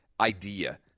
idea